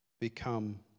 become